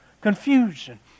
Confusion